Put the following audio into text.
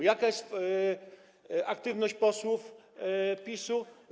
Jaka jest aktywność posłów PiS-u?